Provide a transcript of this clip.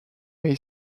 may